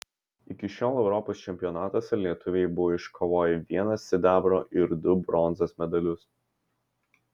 iki šiol europos čempionatuose lietuviai buvo iškovoję vieną sidabro ir du bronzos medalius